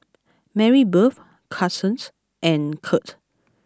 Marybeth Carsen and Curt